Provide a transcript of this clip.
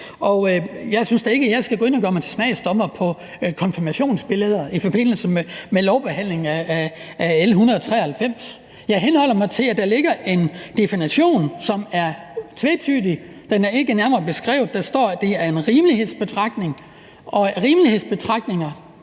Jeg synes da ikke, jeg skal gå ind og gøre mig til dommer over konfirmationsbilleder i forbindelse med lovbehandlingen af L 193. Jeg henholder mig til, at der ligger en definition, som er tvetydig. Den er ikke nærmere beskrevet. Der står, at det er en rimelighedsbetragtning, og mine år i Folketinget